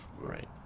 right